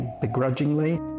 begrudgingly